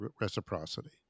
reciprocity